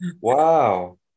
Wow